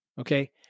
okay